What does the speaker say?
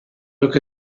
look